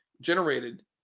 generated